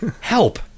help